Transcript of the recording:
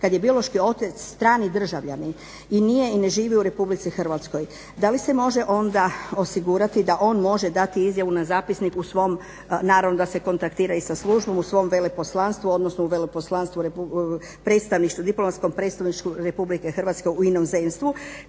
kad je biološki otac strani državljanin i ne živi u Republici Hrvatskoj. Da li se može onda osigurati da on može dati izjavu na zapisnik u svom, naravno da se kontaktira i sa službom, u svom veleposlanstvu, odnosno u diplomatskom predstavništvu Republike Hrvatske u inozemstvu,